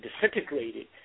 disintegrated